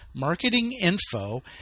marketinginfo